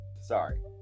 Sorry